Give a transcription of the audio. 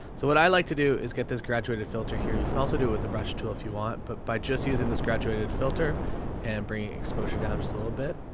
so what i like to do is get this graduated filter here. you can also do it with the brush tool if you want, but by just using this graduated filter and bringing exposure down just a little bit,